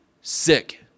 sick